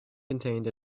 contained